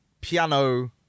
piano